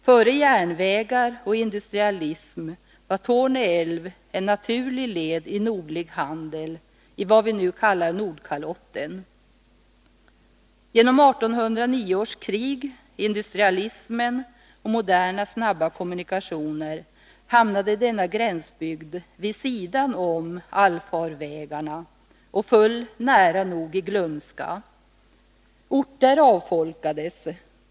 Före järnvägarnas tillkomst och industrialismen var Torne älv en naturlig led i den nordliga handeln i vad vi nu kallar Nordkalotten. Genom 1809 års krig, industrialismen och moderna, snabba kommunikationer hamnade denna gränsbygd vid sidan om allfarvägarna och föll nära nog i glömska. Orter avfolkades.